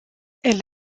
elle